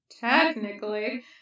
Technically